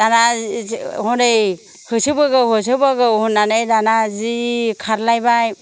दाना हनै होसोबोगौ होसोबोगौ होन्नानै दाना जि खारलायबाय